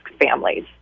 families